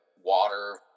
water